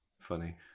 Funny